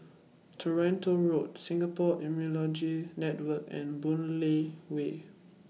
Toronto Road Singapore Immunology Network and Boon Lay Way